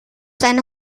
seine